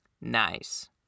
Nice